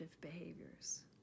behaviors